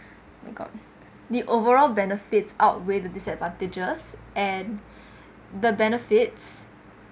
oh my god the overall benefits outweigh the disadvantages and the benefits